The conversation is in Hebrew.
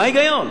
מה ההיגיון?